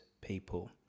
people